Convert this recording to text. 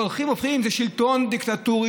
והולכים והופכים עם זה שלטון דיקטטורי,